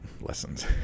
lessons